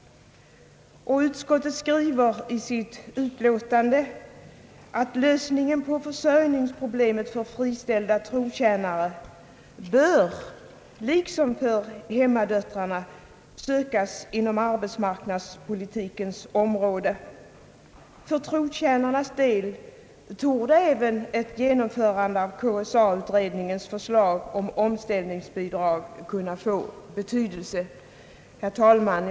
Utskottet skriver i sitt utlåtande: »Lösningen på försörjningsproblemet för friställda trojänare bör liksom för hemmadöttrarna sökas inom arbetsmarknadspolitikens område. För trotjänarnas del torde även ett genomförande av KSA-utredningens förslag om omställningsbidrag kunna få betydelse.» Herr talman!